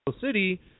City